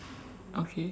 okay